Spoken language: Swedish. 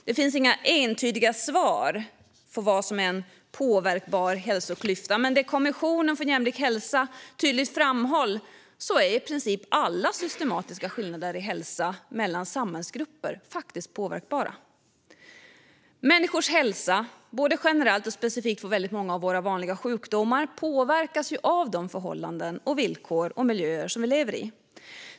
Det finns inga entydiga svar på vad som är en påverkbar hälsoklyfta, men det som Kommissionen för jämlik hälsa tydligt framhöll var att i princip alla systematiska skillnader i hälsa mellan samhällsgrupper faktiskt är påverkbara. Människors hälsa, både generellt och specifikt för väldigt många av våra vanliga sjukdomar, påverkas av de förhållanden, villkor och miljöer där vi lever.